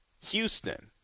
Houston